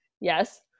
yes